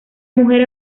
mujer